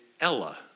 Ella